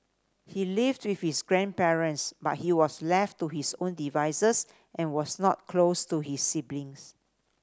he lived with his grandparents but he was left to his own devices and was not close to his siblings